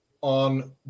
on